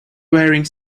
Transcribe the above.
wearing